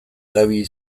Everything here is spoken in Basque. erabili